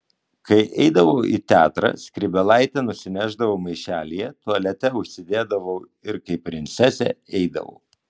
kai eidavau į teatrą skrybėlaitę nusinešdavau maišelyje tualete užsidėdavau ir kaip princesė eidavau